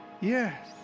Yes